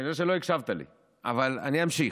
כנראה לא הקשבת לי, אבל אני אמשיך.